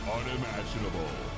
unimaginable